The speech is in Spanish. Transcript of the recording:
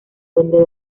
duende